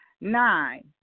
Nine